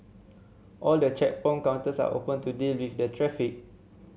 all the checkpoint counters are open to deal with the traffic